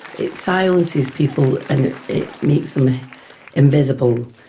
it silences people and it makes them invisible.